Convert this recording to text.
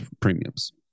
premiums